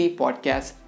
podcast